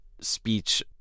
speech